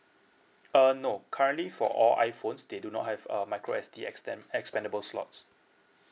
uh no currently for all iphones they do not have a micro S_D extend expendable slots